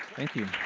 thank you.